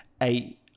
eight